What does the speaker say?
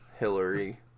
Hillary